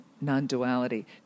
non-duality